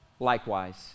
Likewise